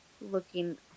looking